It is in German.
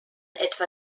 etwa